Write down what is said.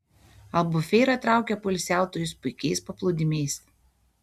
albufeira traukia poilsiautojus puikiais paplūdimiais